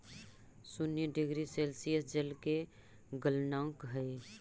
शून्य degree Celsius जल के गलनांक हई